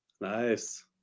Nice